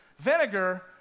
vinegar